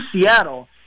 seattle